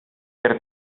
per